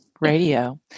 radio